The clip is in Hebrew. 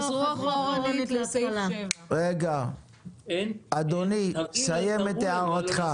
חזרו אחורנית לסעיף 7. אדוני, סיים את הערתך.